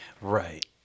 Right